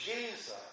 Jesus